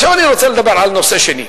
עכשיו אני רוצה לדבר על נושא שני.